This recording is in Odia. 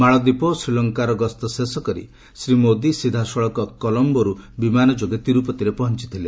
ମାଳଦ୍ୱୀପ ଓ ଶ୍ରୀଲଙ୍କାର ଗସ୍ତ ଶେଷ କରି ଶ୍ରୀ ମୋଦି ସିଧାସଳଖ କଲମ୍ବୋରୁ ବିମାନ ଯୋଗେ ତୀରୁପତିରେ ପହଞ୍ଚିଥିଲେ